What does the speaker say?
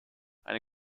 eine